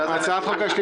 הצעת החוק התקבלה.